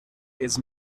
his